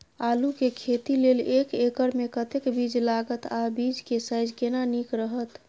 आलू के खेती लेल एक एकर मे कतेक बीज लागत आ बीज के साइज केना नीक रहत?